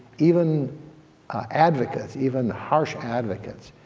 even advocates, even harsh advocates,